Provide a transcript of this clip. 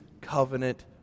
covenant